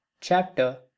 Chapter